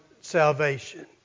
salvation